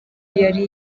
yari